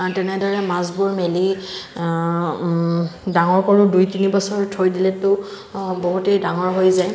তেনেদৰে মাছবোৰ মেলি ডাঙৰ কৰোঁ দুই তিনিবছৰ থৈ দিলেতো বহুতে ডাঙৰ হৈ যায়